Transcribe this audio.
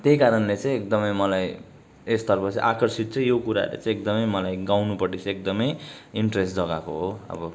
त्यही कारणले चाहिँ एकदमै मलाई यसतर्फ चाहिँ आकर्षित चाहिँ यो कुराले चाहिँ एकदमै मलाई गाउनुपट्टि चाहिँ एकदमै इन्ट्रेस्ट जगाएको हो अब